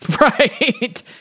Right